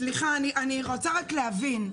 אני רוצה רק להבין,